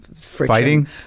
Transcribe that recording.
fighting